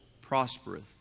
prospereth